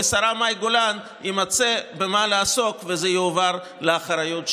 לשרה מאי גולן יימצא במה לעסוק וזה יועבר לאחריות שלה.